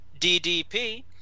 DDP